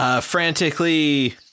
Frantically